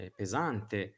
pesante